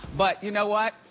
but you know what?